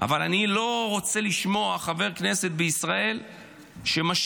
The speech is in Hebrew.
אבל אני לא רוצה לשמוע חבר כנסת בישראל שמשמיץ